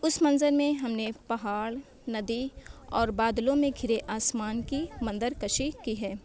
اس منظر میں ہمیں پہاڑ ندی اور بادلوں میں گھرے آسمان کی منظر کشی کی ہے